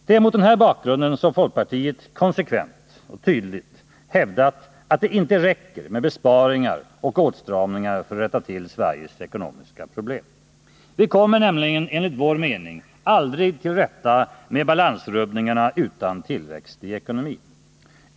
Det är mot den här bakgrunden som folkpartiet konsekvent och tydligt hävdar att det inte räcker med besparingar och åtstramningar för att rätta till Sveriges ekonomiska problem. Vi kommer nämligen enligt vår mening aldrig till rätta med balansrubbningarna utan tillväxt i ekonomin.